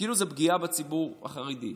כאילו זאת פגיעה בציבור החרדי.